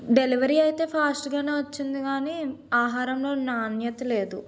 delivery అయితే ఫాస్ట్గానే వచ్చింది కానీ ఆహారంలో నాణ్యత లేదు